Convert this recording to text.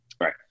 Right